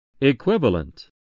Equivalent